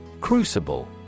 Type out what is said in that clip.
Crucible